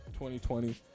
2020